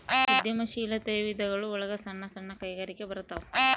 ಉದ್ಯಮ ಶೀಲಾತೆಯ ವಿಧಗಳು ಒಳಗ ಸಣ್ಣ ಸಣ್ಣ ಕೈಗಾರಿಕೆ ಬರತಾವ